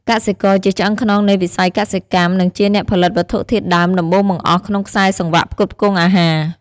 កសិករ ជាឆ្អឹងខ្នងនៃវិស័យកសិកម្ម និងជាអ្នកផលិតវត្ថុធាតុដើមដំបូងបង្អស់ក្នុងខ្សែសង្វាក់ផ្គត់ផ្គង់អាហារ។